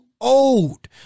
old